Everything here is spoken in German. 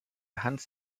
hans